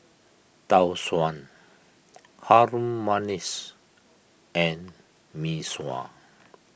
Tau Suan Harum Manis and Mee Sua